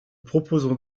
proposons